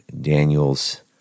Daniel's